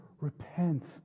repent